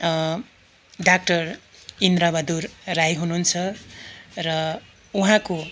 doctor Indrabahadur Rai हुनुहुन्छ र उहाँको